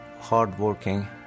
hardworking